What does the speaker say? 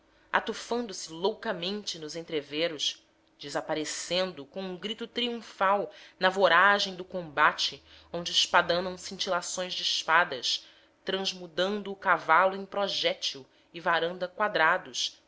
estribo atufando se loucamente nos entreveros desaparecendo com um grito triunfal na voragem do combate onde espadanam cintilações de espadas transmudando o cavalo em projétil e varando quadrados